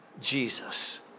Jesus